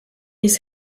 his